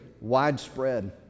widespread